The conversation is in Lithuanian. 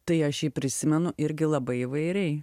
tai aš jį prisimenu irgi labai įvairiai